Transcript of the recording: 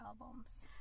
albums